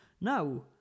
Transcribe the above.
Now